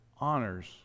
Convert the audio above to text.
honors